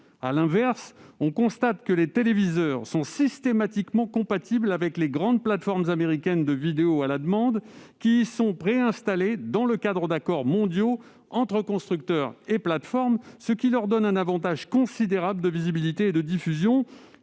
À l'inverse, on constate que les téléviseurs sont systématiquement compatibles avec les grandes plateformes américaines de vidéo à la demande ; celles-ci y sont préinstallées dans le cadre d'accords mondiaux avec les constructeurs, ce qui leur donne un avantage considérable de visibilité et de diffusion.